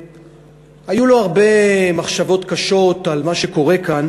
היו לו הרבה מחשבות קשות על מה שקורה כאן,